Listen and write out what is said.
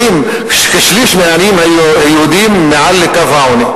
מובילים כשליש מהעניים היהודים מעל לקו העוני.